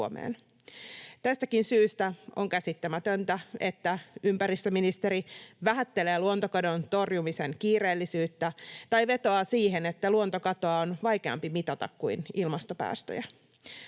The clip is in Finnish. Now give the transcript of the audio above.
Tästäkin syystä on käsittämätöntä, että ympäristöministeri vähättelee luontokadon torjumisen kiireellisyyttä tai vetoaa siihen, että luontokatoa on vaikeampi mitata kuin ilmastopäästöjä.